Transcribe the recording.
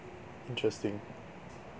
interesting